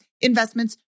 investments